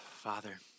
Father